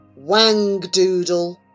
Wangdoodle